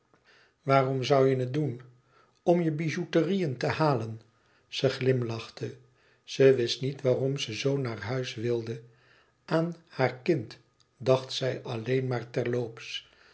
waarom zoû je het doen om je byouterieën te halen zij glimlachte ze wist niet waarom ze zoo naar huis wilde aan haar kind dacht zij alleen maar terloops